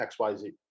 xyz